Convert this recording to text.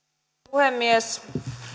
puhemies